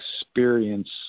experience